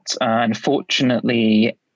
Unfortunately